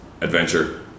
adventure